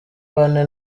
bane